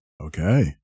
Okay